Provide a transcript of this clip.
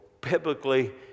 biblically